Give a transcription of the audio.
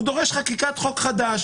הוא דורש חקיקת חוק חדש.